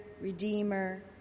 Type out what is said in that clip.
Redeemer